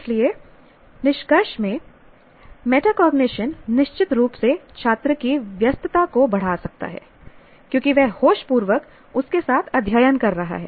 इसलिए निष्कर्ष में मेटाकॉग्निशन निश्चित रूप से छात्र की व्यस्तता को बढ़ा सकता है क्योंकि वह होशपूर्वक उसके साथ अध्ययन कर रहा है